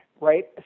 right